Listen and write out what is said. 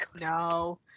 No